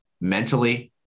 Mentally